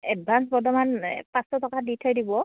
advance বৰ্তমান পাঁচশ টকা দি থৈ দিব